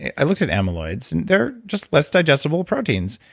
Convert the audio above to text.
i looked at amyloids, and they're just less digestible proteins.